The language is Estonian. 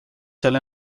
seal